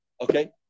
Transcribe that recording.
Okay